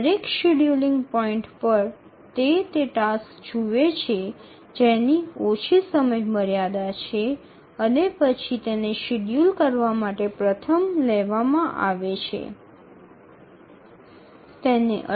প্রতিটি নির্ধারিত সময়ে এটি সেই কাজগুলির সন্ধান করে যেগুলির প্রথমতম সময়সীমা রয়েছে এবং তারপরে এটি নির্ধারণের জন্য প্রথমে সময় লাগে